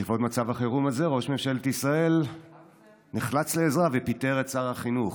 לכבוד מצב החירום הזה ראש ממשלת ישראל נחלץ לעזרה ופיטר את שר החינוך.